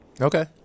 Okay